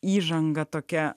įžanga tokia